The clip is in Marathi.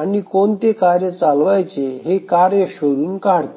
आणि कोणते कार्य चालवायचे हे कार्य शोधून काढते